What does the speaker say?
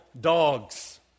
dogs